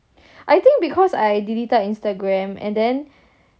I think because I deleted Instagram and then